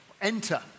enter